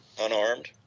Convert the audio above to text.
unarmed